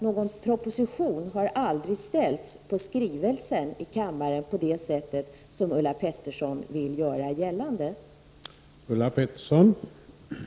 Någon proposition på skrivelsen har nämligen aldrig, på det sätt som Ulla Pettersson vill göra gällande, ställts i kammaren.